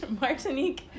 Martinique